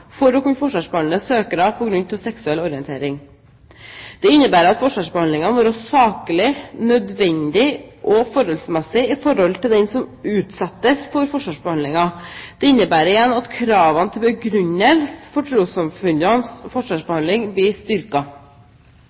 for å kunne forskjellsbehandle søkere på grunn av seksuell orientering. Det innebærer at forskjellsbehandlingen må være saklig, nødvendig og forholdsmessig med tanke på den som utsettes for forskjellsbehandlingen. Det innebærer igjen at kravene til begrunnelse for trossamfunnenes forskjellsbehandling blir